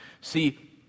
See